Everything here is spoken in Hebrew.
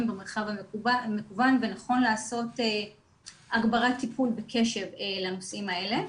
במרחב המקוון ונכון לעשות הגברת טיפול וקשב לנושאים האלה.